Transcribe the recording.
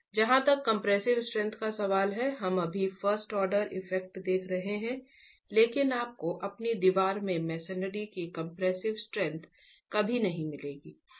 जहां तक compressive strength का सवाल है हम अभी फर्स्ट ऑर्डर इफेक्ट देख रहे हैं लेकिन आपको अपनी दीवार में मसनरी की कंप्रेसिव स्ट्रैंथ कभी नहीं मिलेगी